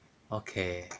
okay